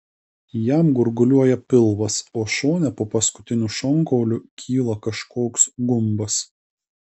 jam gurguliuoja pilvas o šone po paskutiniu šonkauliu kyla kažkoks gumbas